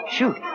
Shoot